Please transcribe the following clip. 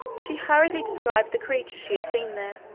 she hurriedly described the creatures she had seen there.